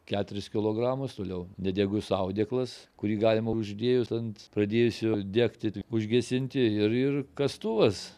keturis kilogramus toliau nedegus audeklas kurį galima uždėjus ant pradėjusio degti užgesinti ir ir kastuvas